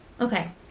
Okay